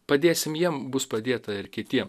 padėsim jiem bus padėta ir kitiem